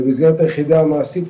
במסגרת היחידה המעשית,